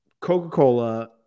Coca-Cola